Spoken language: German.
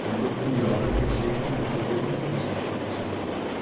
und ob die jahre gesegnet oder ungesegnet seien